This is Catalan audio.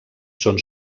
són